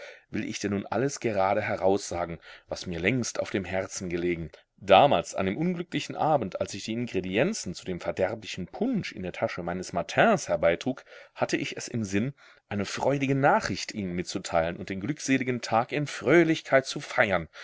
will ich denn nun alles gerade heraussagen was mir längst auf dem herzen gelegen damals an dem unglücklichen abend als ich die ingredienzen zu dem verderblichen punsch in der tasche meines matins herbeitrug hatte ich es im sinn eine freudige nachricht ihnen mitzuteilen und den glückseligen tag in fröhlichkeit zu feiern